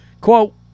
Quote